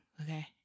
Okay